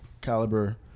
caliber